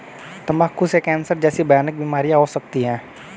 तंबाकू से कैंसर जैसी भयानक बीमारियां हो सकती है